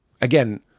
again